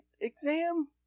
exam